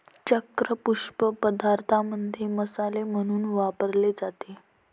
चक्र पुष्प पदार्थांमध्ये मसाले म्हणून वापरले जाते